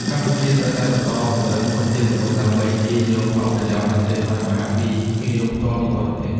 កម្ពុជាត្រូវតែបន្តពង្រឹងធនធានមនុស្ស ដើម្បីទាញយកផលប្រយោជន៍អតិបរមាពី វិនិយោគផ្ទាល់ពីបរទេស។